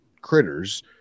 critters